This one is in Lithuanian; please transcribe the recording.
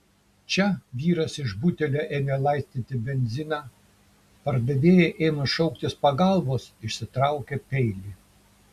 čia vyras iš butelio ėmė laistyti benziną pardavėjai ėmus šauktis pagalbos išsitraukė peilį